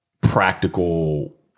practical